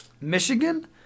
Michigan